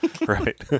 right